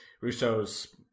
Russo's